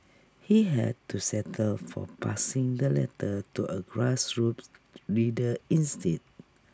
he had to settle for passing the letter to A grassroops leader instead